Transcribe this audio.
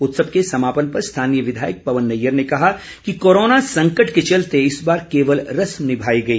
उत्सव के समापन पर स्थानीय विधायक पवन नैयर ने कहा कि कोरोना संकट के चलते इस बार केवल रस्म निभाई गई